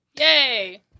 yay